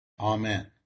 Amen